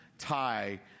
tie